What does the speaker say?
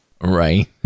Right